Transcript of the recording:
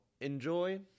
enjoy